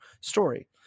story